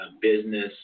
business